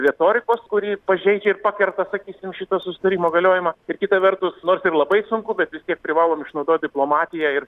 retorikos kuri pažeidžia ir pakerta sakysim šito susitarimo galiojimą ir kita vertus nors ir labai sunku bet vis tiek privalom išnaudoti diplomatiją ir